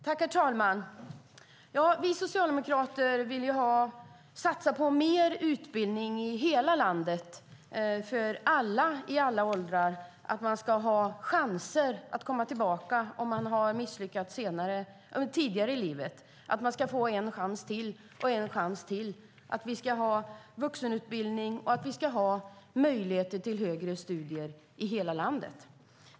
Herr talman! Vi socialdemokrater vill satsa på mer utbildning i hela landet för alla i alla åldrar så att man får chans att komma tillbaka om man har misslyckats tidigare i livet. Man ska få en chans till och sedan en chans till. Vi ska ha vuxenutbildning och möjlighet till högre utbildning i hela landet.